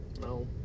No